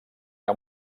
que